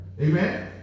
Amen